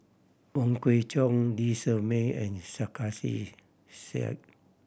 Wong Kwei Cheong Lee Shermay and Sarkasi Said